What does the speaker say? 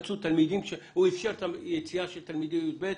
הוא אפשר יציאה של תלמידי יב',